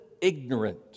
ignorant